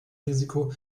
risiko